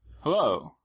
Hello